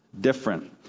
different